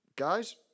Guys